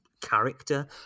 character